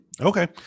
Okay